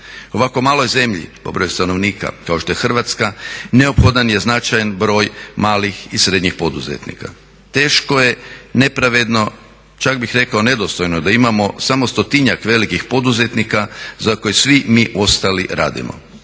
ovako maloj zemlji po broju stanovnika kao što je Hrvatska neophodan je i značajan broj malih i srednjih poduzetnika. Teško je nepravedno, čak bih rekao nedostojno da imamo samo stotinjak velikih poduzetnika za koje svi mi ostali radimo.